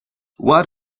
what